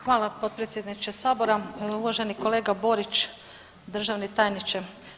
Hvala potpredsjedniče Sabora, uvaženi kolega Borić, državni tajniče.